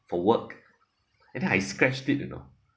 for work and then I scratched it you know